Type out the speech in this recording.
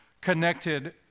connected